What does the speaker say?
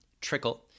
trickle